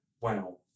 wow